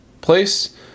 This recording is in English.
Place